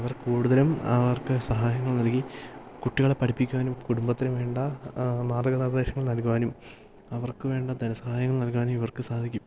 അവർ കൂടുതലും അവർക്കു സഹായങ്ങൾ നൽകി കുട്ടികളെ പഠിപ്പിക്കുവാനും കുടുംബത്തിനു വേണ്ട മാർഗ്ഗനിർദ്ദേശങ്ങൾ നൽകുവാനും അവർക്കു വേണ്ട ധനസഹായങ്ങൾ നൽകാനും ഇവർക്ക് സാധിക്കും